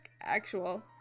actual